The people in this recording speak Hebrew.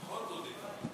נכון, דודי?